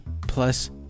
plus